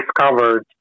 discovered